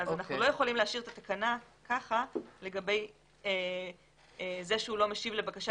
אנחנו לא יכולים להשאיר את התקנה כך לגבי זה שהוא לא משיב לבקשה